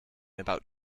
about